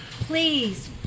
please